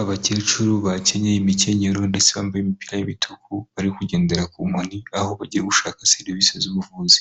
Abakecuru bakenyeye imikenyerero, ndetse bambaye imipira y'imituku, bari kugendera ku nkoni, aho bagiye gushaka serivisi z'ubuvuzi,